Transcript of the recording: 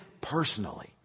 personally